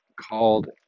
called